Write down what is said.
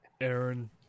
Aaron